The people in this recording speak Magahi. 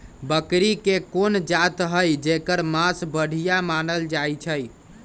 बकरी के कोन जात हई जेकर मास बढ़िया मानल जाई छई?